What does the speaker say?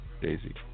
Daisy